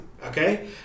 Okay